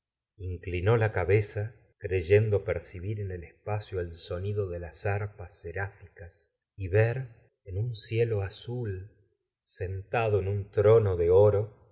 inclinó la cabeza creyendo percibir en el espacio el sonido de las arpas seráficas y ver en un cielo azul sentado en un trono de oro